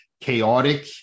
chaotic